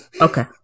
okay